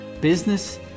business